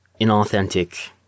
inauthentic